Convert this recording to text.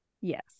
Yes